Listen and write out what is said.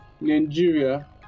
Nigeria